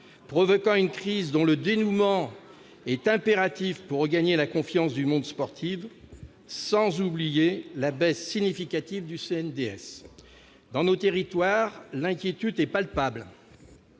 provoque une crise dont le dénouement est impératif pour regagner la confiance du monde sportif. Tout cela sans oublier la baisse significative du CNDS. Dans nos territoires, l'inquiétude est palpable.